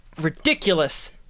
ridiculous